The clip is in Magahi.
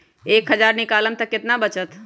एक हज़ार निकालम त कितना वचत?